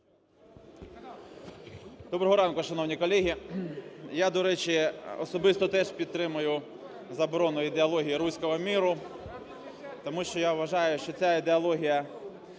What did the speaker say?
Доброго ранку, шановні колеги! Я, до речі, особисто теж підтримую заборону ідеології "руського миру", тому що я вважаю, що ця ідеологія